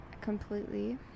completely